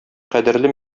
кадерле